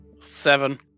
Seven